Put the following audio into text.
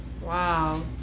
Wow